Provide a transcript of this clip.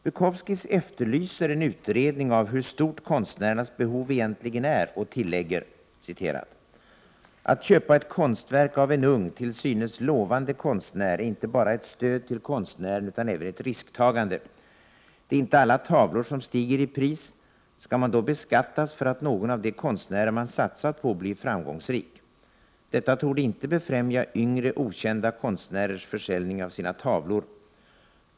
Bukowskis efterlyser en utredning av hur stort konstnärernas behov egentligen är och tillägger: ”Att köpa ett konstverk av en ung till synes lovande konstnär är inte bara ett stöd till konstnären utan även ett risktagande. Det är inte alla tavlor som stiger i pris. Skall man då beskattas för att någon av de konstnärer man satsat på blir framgångsrik? Detta torde inte befrämja yngre okända konstnärers försäljning av sina tavlor.